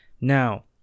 Now